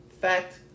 fact